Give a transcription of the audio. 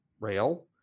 rail